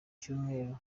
cyumweru